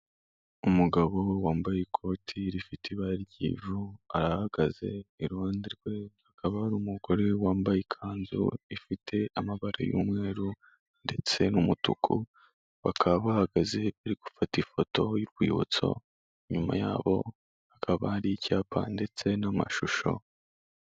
Umugabo wambaye ikoti rifite ibara ry'ivu arahagaze iruhande rwe hakaba hari umugore wambaye ikanzu ifite amabara y'umweru ndetse n'umutuku bakaba bahagaze bari gufata ifoto y'urwibutso inyuma yabo hakaba hari icyapa ndetse n'amashusho.